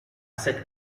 cette